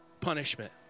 punishment